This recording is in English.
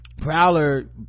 prowler